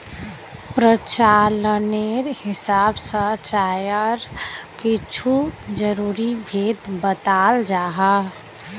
प्रचालानेर हिसाब से चायर कुछु ज़रूरी भेद बत्लाल जाहा